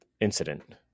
incident